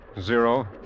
zero